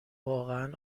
واقعا